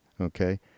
okay